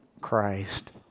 Christ